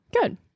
Good